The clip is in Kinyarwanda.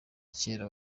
kera